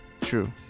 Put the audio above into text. True